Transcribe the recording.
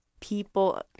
people